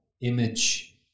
image